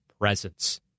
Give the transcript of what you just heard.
presence